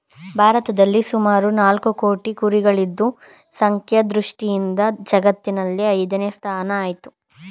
ಭಾರತದಲ್ಲಿ ಸುಮಾರು ನಾಲ್ಕು ಕೋಟಿ ಕುರಿಗಳಿದ್ದು ಸಂಖ್ಯಾ ದೃಷ್ಟಿಯಿಂದ ಜಗತ್ತಿನಲ್ಲಿ ಐದನೇ ಸ್ಥಾನ ಆಯ್ತೆ